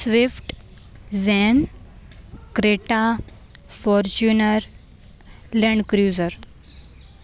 swift zen Creta Fortuner land cruiser